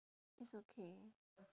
it's okay